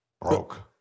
Broke